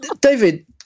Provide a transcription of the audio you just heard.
David